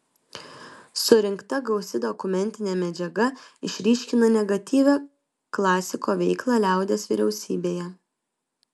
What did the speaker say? surinkta gausi dokumentinė medžiaga išryškina negatyvią klasiko veiklą liaudies vyriausybėje